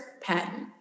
patent